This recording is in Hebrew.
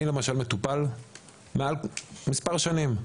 אני למשל מטופל מעל מספר שנים.